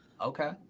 Okay